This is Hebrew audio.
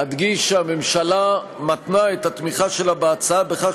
אדגיש שהממשלה מתנה את התמיכה שלה בהצעה בכך